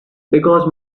because